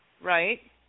right